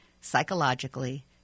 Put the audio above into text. psychologically